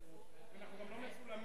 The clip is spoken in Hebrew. דיון בהשתתפות ראש